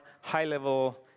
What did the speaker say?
high-level